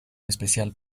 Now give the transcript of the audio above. especial